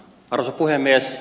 arvoisa puhemies